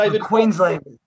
Queensland